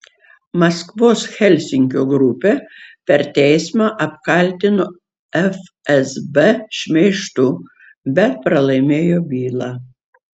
maskvos helsinkio grupė per teismą apkaltino fsb šmeižtu bet pralaimėjo bylą